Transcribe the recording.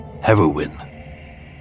Heroin